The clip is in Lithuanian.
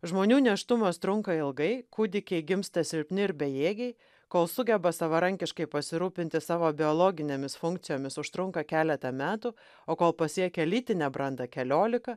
žmonių nėštumas trunka ilgai kūdikiai gimsta silpni ir bejėgiai kol sugeba savarankiškai pasirūpinti savo biologinėmis funkcijomis užtrunka keleta metų o kol pasiekia lytinę brandą keliolika